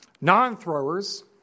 non-throwers